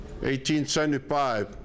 1875